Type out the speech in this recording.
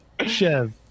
Chev